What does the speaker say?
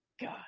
God